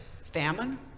Famine